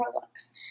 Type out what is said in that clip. looks